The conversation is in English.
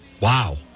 Wow